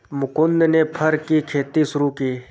मुकुन्द ने फर की खेती शुरू की